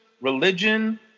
religion